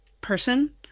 person